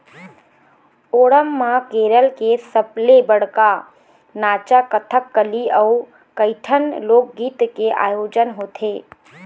ओणम म केरल के सबले बड़का नाचा कथकली अउ कइठन लोकगीत के आयोजन होथे